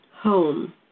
home